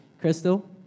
Crystal